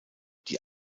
die